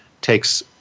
takes